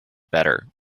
better